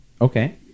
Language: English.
Okay